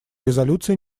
резолюция